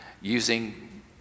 using